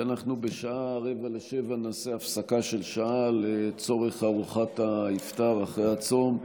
שאנחנו בשעה 18:45 נעשה הפסקה של שעה לצורך ארוחת האפטאר אחרי הצום.